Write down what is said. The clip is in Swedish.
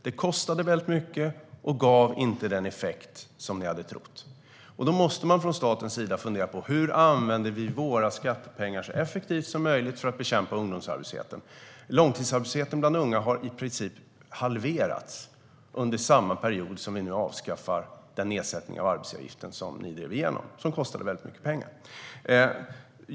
Det kostade väldigt mycket och gav inte den effekt som ni hade trott. Då måste man från statens sida fundera på hur vi använder våra skattepengar så effektivt som möjligt för att bekämpa ungdomsarbetslösheten. Långtidsarbetslösheten bland unga har i princip halverats under den period som vi har avskaffat den nedsättning av arbetsgivaravgiften som ni drev igenom och som kostade väldigt mycket pengar.